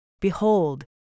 Behold